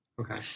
Okay